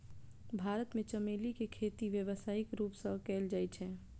भारत मे चमेली के खेती व्यावसायिक रूप सं कैल जाइ छै